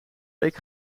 week